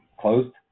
closed